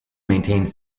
maintains